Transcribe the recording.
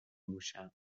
نوشم